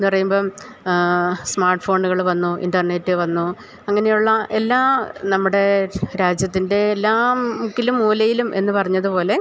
എന്നു പറയുമ്പോള് സ്മാർട്ട് ഫോണുകള് വന്നു ഇൻ്റർനെറ്റ് വന്നു അങ്ങനെയുള്ള എല്ലാ നമ്മുടെ രാജ്യത്തിൻ്റെ എല്ലാ മുക്കിലും മൂലയിലും എന്നു പറഞ്ഞതുപോലെ